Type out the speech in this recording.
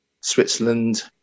Switzerland